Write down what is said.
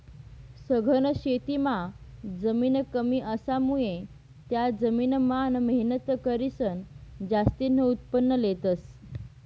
सघन शेतीमां जमीन कमी असामुये त्या जमीन मान मेहनत करीसन जास्तीन उत्पन्न लेतस